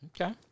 Okay